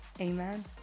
amen